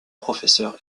professeur